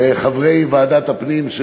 וגם לחברי ועדת הפנים,